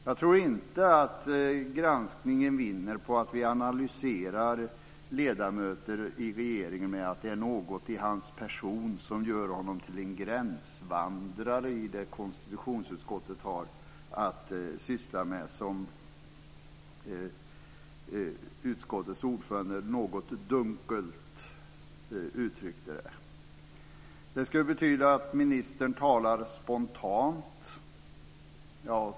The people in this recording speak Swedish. Jag tror inte att granskningen vinner på att vi analyserar ledamöter i regeringen med att det är något i ens person som gör denne till en gränsvandrare i det som konstitutionsutskottet har att syssla med, som utskottets ordförande något dunkelt uttryckte det. Det skulle betyda att ministern talar spontant.